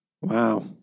Wow